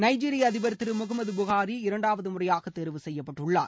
நைஜீரிய அதிபர் திரு Muhammadu Buhari இரண்டாவது முறையாக தேர்வு செய்யப்பட்டுள்ளார்